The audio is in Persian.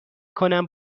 کنم